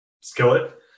skillet